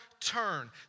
Turn